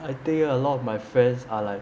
I think a lot of my friends are like